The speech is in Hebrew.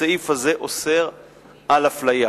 הסעיף הזה אוסר אפליה